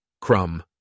Crumb